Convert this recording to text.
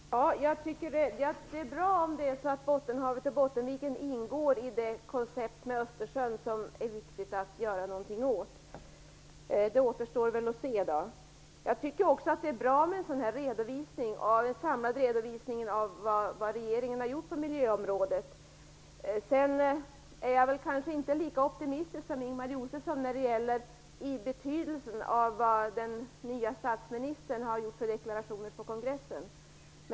Herr talman! Jag tycker att det är bra om det är så att Bottenhavet och Bottenviken ingår i konceptet med Östersjön. Det är viktigt att man gör något åt detta, men det återstår väl att se hur det blir. Jag tycker också att det är bra med en sådan här samlad redovisning av vad regeringen har gjort på miljöområdet. Sedan är jag väl kanske inte lika optimistisk som Ingemar Josefsson när det gäller betydelsen av de deklarationer som den nye statsministern har gjort på kongressen.